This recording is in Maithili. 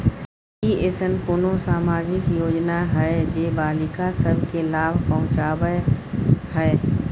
की ऐसन कोनो सामाजिक योजना हय जे बालिका सब के लाभ पहुँचाबय हय?